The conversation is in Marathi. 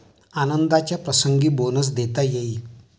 आनंदाच्या प्रसंगी बोनस देता येईल